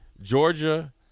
Georgia